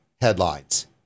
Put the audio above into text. headlines